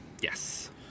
Yes